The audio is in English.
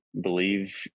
believe